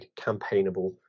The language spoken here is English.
campaignable